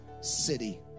city